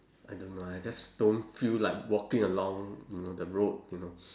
I don't know I just don't feel like walking along you know the road you know